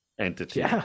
entity